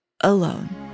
alone